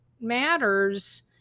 matters